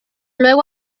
luego